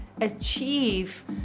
achieve